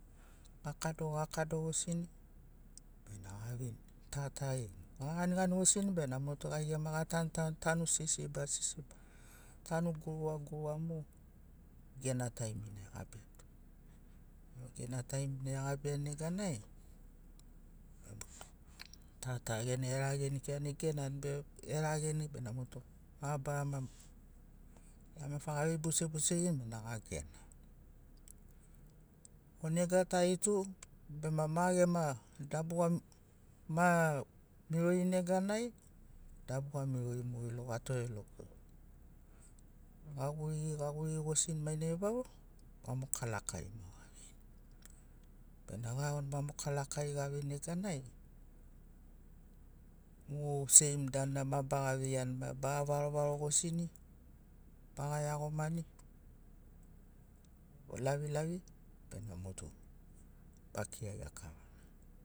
Gakado gakado gosini bena gavinini ta ta gena. Ga ganigani gosini bena motu gai gema ga tanu tagoni tanu sisiba sisiba, tanu guruga guruga mo gena taimina egabiani. Gena taimina egabiani neganai, ta ta gena erageni egenani be erageni bena motu mabarama lamefa gavei buse buserini bena gagenani. O nega tari tu bema ma gema dabuga ma mirori neganai dabuga mirori mogeri logo gatore logorini. Gagurigi gagurigi gosini mainai vauro vamoka lakari ma gaveini. Bena ga iagoni vamoka lakari gaveini neganai mo seim danuna ma baga veiani maia, baga varovaro gosini baga iagomani lavilavi bena motu bakiragia kavana